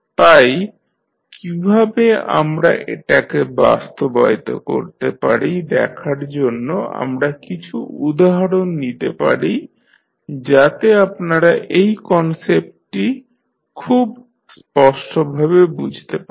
তাই কীভাবে আমরা এটাকে বাস্তবায়িত করতে পারি দেখার জন্য আমরা কিছু উদাহরণ নিতে পারি যাতে আপনারা এই কনসেপ্টটি খুব স্পষ্টভাবে বুঝতে পারেন